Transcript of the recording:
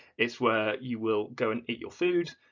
it's where you will go and eat your food,